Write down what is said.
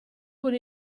con